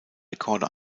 rekorde